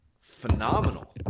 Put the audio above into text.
Phenomenal